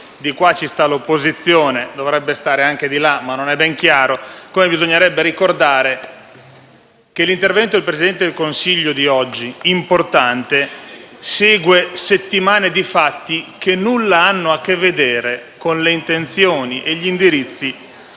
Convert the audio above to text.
di qua c'è l'opposizione, che dovrebbe essere anche di là, ma non è ben chiaro. Bisognerebbe, altresì, ricordare che l'intervento del Presidente del Consiglio di oggi, importante, segue settimane di fatti che nulla hanno a che vedere con le intenzioni e gli indirizzi